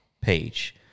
page